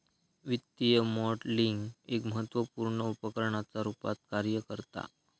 वित्तीय मॉडलिंग एक महत्त्वपुर्ण उपकरणाच्या रुपात कार्य करता